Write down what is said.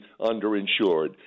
underinsured